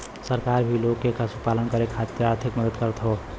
सरकार भी लोग के पशुपालन करे खातिर आर्थिक मदद करत हौ